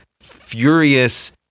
furious